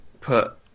put